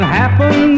happen